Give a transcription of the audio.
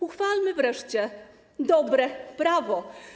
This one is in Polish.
Uchwalmy wreszcie dobre prawo.